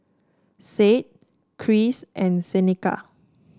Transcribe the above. Sade Cris and Seneca